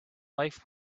life